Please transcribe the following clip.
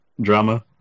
drama